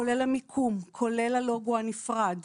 כולל המיקום, כולל הלוגו הנפרד,